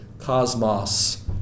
cosmos